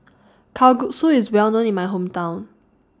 Kalguksu IS Well known in My Hometown